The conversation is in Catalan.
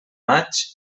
maig